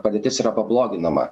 padėtis yra pabloginama